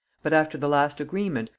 but after the last agreement,